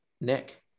Nick